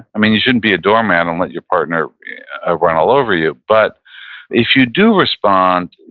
um and you shouldn't be a doormat and let your partner ah run all over you, but if you do respond,